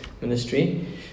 ministry